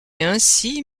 ainsi